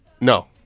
No